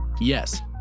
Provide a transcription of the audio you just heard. Yes